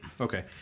Okay